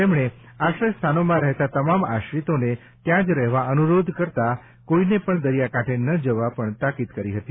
તેમણે આશ્રય સ્થાનોમાં રહેતા તમામ આશ્રિતોને ત્યાં જ રહેવા અનુરોધ કરતાં કોઈને પણ દરિયાકાંઠે ન જવા પણ તાકીદ કરી હતી